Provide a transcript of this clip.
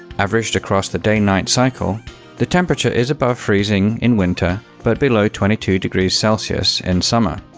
averaged across the day-night cycle the temperature is above freezing in winter, but below twenty two degrees celsius in summer.